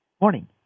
Morning